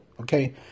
okay